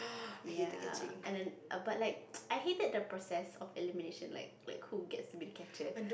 ya and then but like I hated the process of elimination like like who gets be catcher